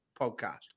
podcast